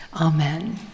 Amen